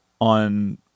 on